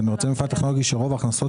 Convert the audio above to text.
אבל אני רוצה מפעל טכנולוגי שרוב ההכנסות